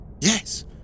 Yes